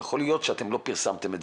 יכול להיות שלא פרסמתם,